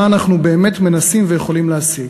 מה אנחנו באמת מנסים ויכולים להשיג.